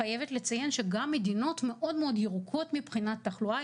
אני חייבת לציין שגם מדינות מאוד מאוד ירוקות מבחינת תחלואה,